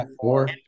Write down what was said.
four